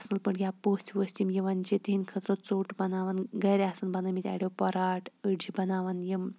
اَصل پٲٹھۍ یا پٔژھۍ ؤژھۍ یِم یِوان چھِ تِہٕنٛد خٲطرٕ ژوٚٹ بَناوان گَرِ آسان بَنٲے مٕتۍ اَڈیٚو پوٚراٹ أڈۍ چھِ بَناوان یِم